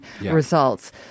results